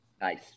Nice